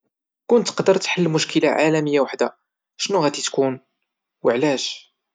كون تقدر تحل مشكلة عالمية وحدة، شنو ممكن تكون وعلاش؟